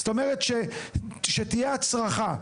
זאת אומרת, שתהיה הצרחה.